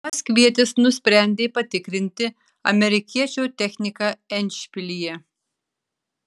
maskvietis nusprendė patikrinti amerikiečio techniką endšpilyje